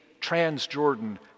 Transjordan